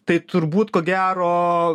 tai turbūt ko gero